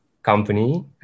Company